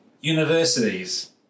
universities